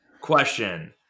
question